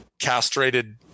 castrated